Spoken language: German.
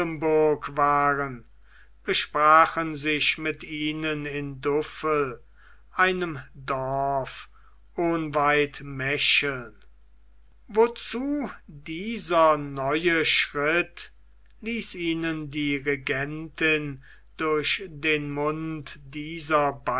waren besprachen sich mit ihnen in duffle einem dorf ohnweit mecheln wozu dieser neue schritt ließ ihnen die regentin durch den mund dieser